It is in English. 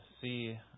see